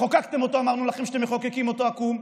וכשחוקקתם אותו אמרנו לכם שאתם מחוקקים אותו עקום,